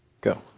Go